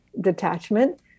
detachment